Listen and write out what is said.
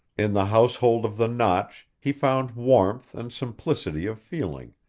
in the household of the notch he found warmth and simplicity of feeling,